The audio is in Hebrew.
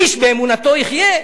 איש באמונתו יחיה.